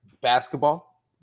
basketball